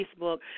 facebook